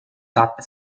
tappe